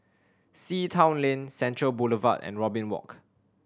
Sea Town Lane Central Boulevard and Robin Walk